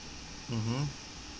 mmhmm